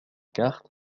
quarts